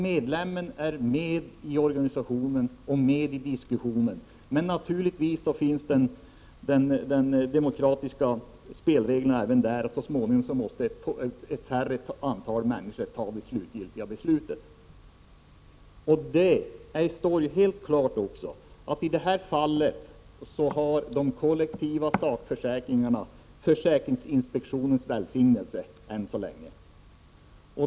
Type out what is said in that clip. Medlemmarna är med i diskussionen, men naturligtvis fungerar de demokratiska spelreglerna även där, så att det till sist är ett mindre antal människor som fattar det slutgiltiga beslutet. Det står också helt klart att de kollektiva sakförsäkringarna i det här fallet än så länge har försäkringsinspektionens välsignelse.